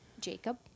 Jacob